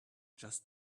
just